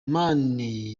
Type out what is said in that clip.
mani